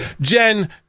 Jen